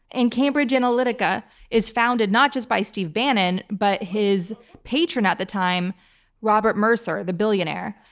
and cambridge analytica is founded not just by steve bannon, but his patron at the time robert mercer, the billionaire,